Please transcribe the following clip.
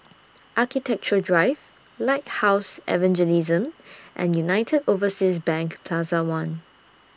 Architecture Drive Lighthouse Evangelism and United Overseas Bank Plaza one